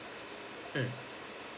mm